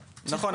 נכון,